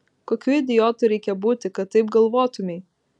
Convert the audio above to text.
kokiu idiotu reikia būti kad taip galvotumei